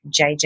JJ